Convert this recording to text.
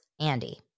Andy